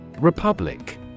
Republic